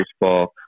baseball